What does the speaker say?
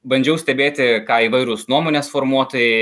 bandžiau stebėti ką įvairūs nuomonės formuotojai